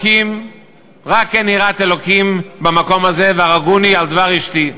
רק אין יראת אלוקים במקום הזה והרגוני על דבר אשתי.